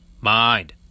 Mind